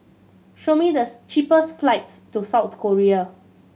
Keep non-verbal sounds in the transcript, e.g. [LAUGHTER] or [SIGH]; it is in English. show me the [UNINTELLIGIBLE] cheapest flights to South Korea